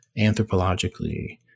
anthropologically